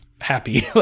happy